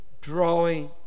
drawing